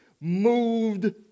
moved